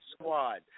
Squad